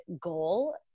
goal